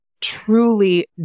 truly